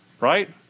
right